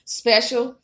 special